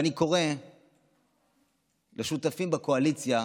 ואני קורא לשותפים בקואליציה,